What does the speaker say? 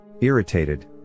Irritated